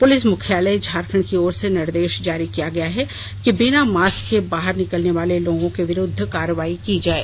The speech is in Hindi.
पुलिस मुख्यालय झारखंड की ओर से निर्देश जारी किया गया है कि बिना मास्क के बाहर निकलने वाले लोगों के विरूद्व कार्रवाई की जाये